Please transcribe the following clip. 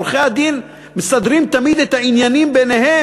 עורכי-הדין מסדרים תמיד את העניינים ביניהם.